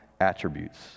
attributes